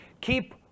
keep